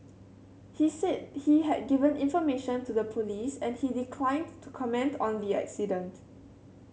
he said he had given information to the police and he declined to comment on the accident